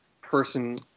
person